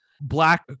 Black